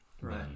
right